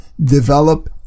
develop